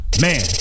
Man